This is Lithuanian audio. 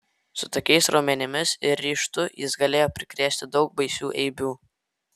su tokiais raumenimis ir ryžtu jis galėjo prikrėsti daug baisių eibių